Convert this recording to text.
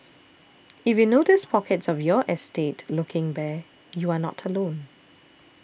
if you notice pockets of your estate looking bare you are not alone